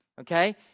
okay